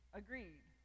agreed